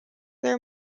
their